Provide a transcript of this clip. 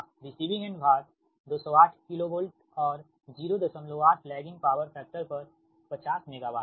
receiving end भार 208 KV और 08 lagging power factor पर 50 मेगावाट है